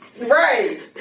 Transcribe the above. Right